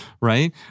right